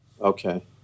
Okay